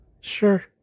Sure